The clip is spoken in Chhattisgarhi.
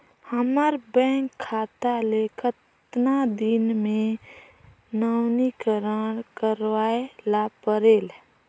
हमर बैंक खाता ले कतना दिन मे नवीनीकरण करवाय ला परेल?